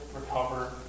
recover